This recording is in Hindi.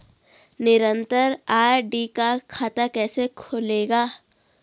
निरन्तर आर.डी का खाता कैसे खुलेगा?